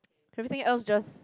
everything else is just